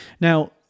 Now